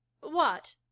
What